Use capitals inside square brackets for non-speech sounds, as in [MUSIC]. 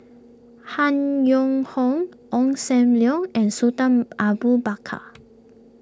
Han Yong Hong Ong Sam Leong and Sultan Abu Bakar [NOISE]